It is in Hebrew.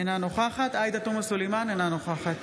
אינה נוכחת עאידה תומא סלימאן, אינה נוכחת